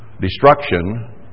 destruction